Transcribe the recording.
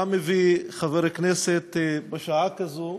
מה מביא חבר כנסת בשעה כזאת,